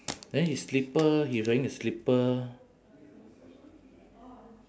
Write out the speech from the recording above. then his slipper he's wearing a slipper